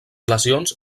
lesions